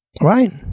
Right